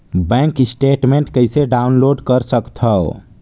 Bank statement कइसे download कर सकथव?